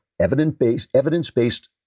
Evidence-based